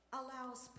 allows